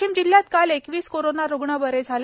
वाशिम जिल्ह्यात काल एकवीस कोरोना रुग्ण बरे झाले